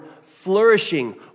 flourishing